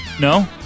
no